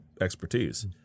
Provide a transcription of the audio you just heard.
expertise